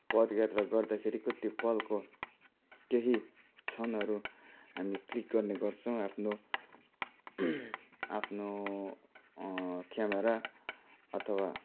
पदयात्रा गर्दाखेरिको त्यो पलको केही क्षणहरू हामीले क्लिक गर्नेगर्छौँ आफ्नो आफ्नो क्यामेरा अथवा